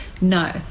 no